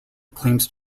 claims